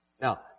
Now